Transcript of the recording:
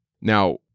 Now